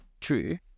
True